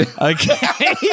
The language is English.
Okay